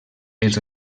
els